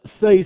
say